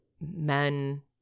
men